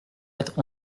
être